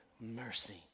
mercy